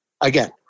Again